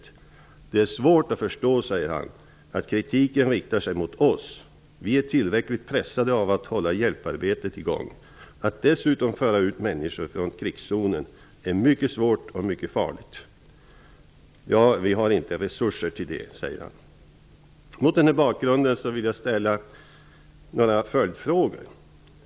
Han säger: ''Det är svårt att förstå att kritiken riktar sig mot oss. Vi är tillräckligt pressade av att hålla hjälparbetet i gång. Att dessutom föra ut människor från krigszonen är mycket svårt och mycket farligt. Det har vi inga resurser till''. Mot denna bakgrund vill jag ställa några följdfrågor.